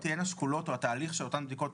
תהיינה שקולות או התהליך שאותן בדיקות